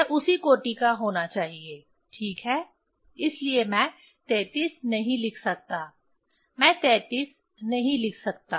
यह उसी कोटि का होना चाहिए ठीक है इसलिए मैं 33 नहीं लिख सकता मैं 33 नहीं लिख सकता